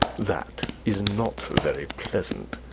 that is not very pleasant.